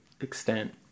extent